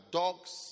dogs